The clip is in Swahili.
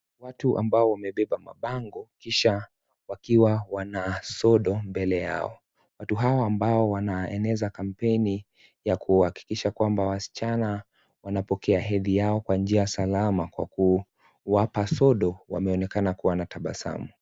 Watu ambao wamebeba mabango kisha wakiwa wana sodo mbele yao. Watu hao ambao wanaeneza kampeni ya kuhakikisha kwamba wasichana wanapokea hedhi yao kwa njia salama kwa kuwapa sodo wanaonekana kuwa wanatabasamu.